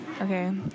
Okay